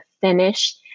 finish